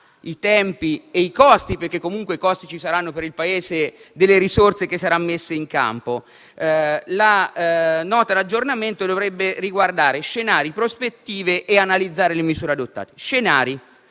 i tempi e i costi - perché dei costi ci saranno per il Paese - delle risorse che saranno messe in campo. La Nota di aggiornamento dovrebbe riguardare scenari e prospettive ed analizzare le misure adottate. Quanto